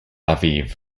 aviv